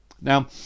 Now